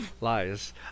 Lies